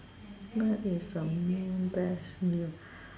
what is the best meal